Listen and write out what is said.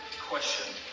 question